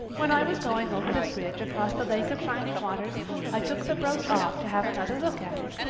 when i was going over the bridge across the lake of shining waters i took the brooch off to have another look at it.